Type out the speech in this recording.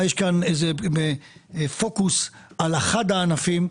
יש פוקוס על אחד הענפים,